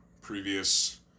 previous